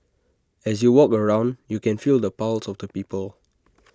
as you walk around you can feel the pulse of the people